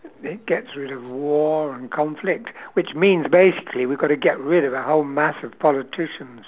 it gets rid of war and conflict which means basically we got to get rid a whole mass of politicians